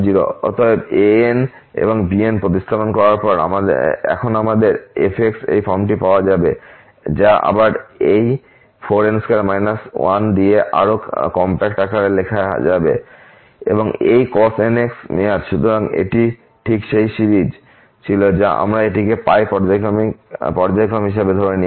এবং অতএব এই ans এবং bns প্রতিস্থাপন করার পর এখন আমাদের f এই ফর্মটি পাওয়া যাবে যা আবার এই 4n2 1 দিয়ে আরো কম্প্যাক্ট আকারে লেখা যাবে এবং এই cos 2nx মেয়াদ সুতরাং এটি ঠিক সেই সিরিজ ছিল যা আমরা এটিকে পর্যায়ক্রম হিসাবে ধরে নিয়েছি